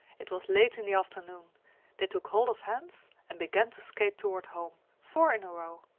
it was late in the afternoon they took hold of hands and began to skate toward home, four in a row.